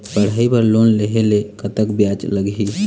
पढ़ई बर लोन लेहे ले कतक ब्याज लगही?